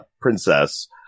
princess